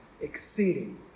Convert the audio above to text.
exceeding